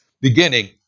beginning